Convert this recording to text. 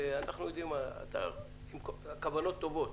ואנחנו יודעים שיש כוונות טובות,